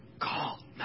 call